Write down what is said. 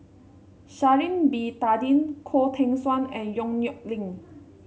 Sha'ari Bin Tadin Khoo Teng Soon and Yong Nyuk Lin